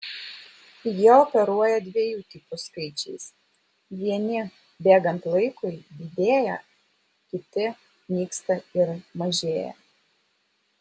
jie operuoja dviejų tipų skaičiais vieni bėgant laikui didėja kiti nyksta ir mažėja